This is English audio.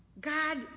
God